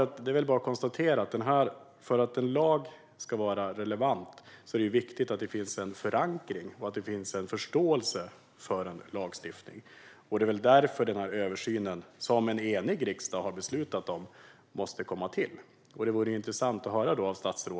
Det är väl bara att konstatera att för att en lag ska vara relevant är det viktigt att det finns en förankring och en förståelse för lagstiftningen. Det är därför den här översynen, som en enig riksdag har beslutat om, måste komma till stånd.